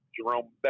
Jerome